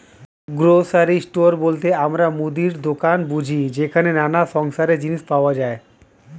grocery store বলতে আমরা মুদির দোকান বুঝি যেখানে নানা সংসারের জিনিস পাওয়া যায়